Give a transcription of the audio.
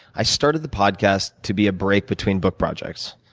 i started the podcast to be a break between book projects.